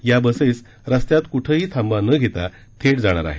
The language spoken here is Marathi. या बस रस्त्यात कुठेही थांबा न घेता थेट जाणार आहेत